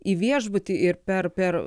į viešbutį ir per per